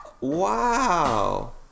wow